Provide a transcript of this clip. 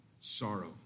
sorrow